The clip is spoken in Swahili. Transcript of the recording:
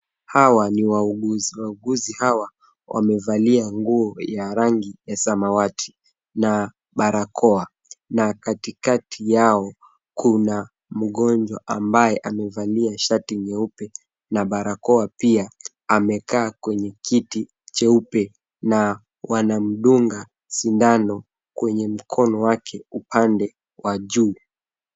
Hawa ni wauguzi. Wauguzi hawa wamevalia nguo ya rangi ya samawati na barakoa. Na katikati yao kuna mgonjwa ambaye amevalia shati nyeupe na barakoa pia, amekaa kwenye kiti cheupe na wanamdunga sindano kwenye mkono wake, upande wa juu.